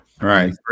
Right